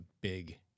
big